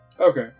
Okay